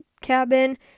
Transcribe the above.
cabin